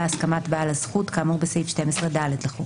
הסכמת בעל הזכות כאמור בסעיף 12(ד) לחוק.